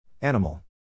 Animal